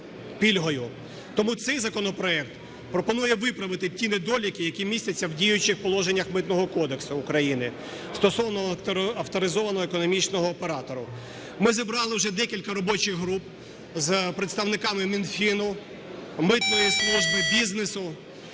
Тому цей законопроект пропонує виправити ті недоліки, які містяться в діючих положеннях Митного кодексу України стосовно авторизованого економічного оператора. Ми зібрали вже декілька робочих груп з представниками Мінфіну, Митної служби, бізнесу